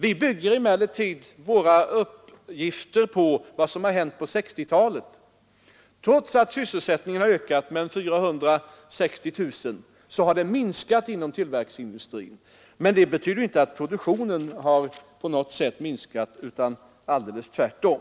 Vi bygger emellertid våra uppgifter på vad som har hänt under 1960-talet. Trots att sysselsättningen har ökat med cirka 460 000 under 1960-talet har den minskat inom tillverkningsindustrin, men det betyder inte att produktionen har på något sätt minskat, utan det är alldeles tvärtom.